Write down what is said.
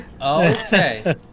Okay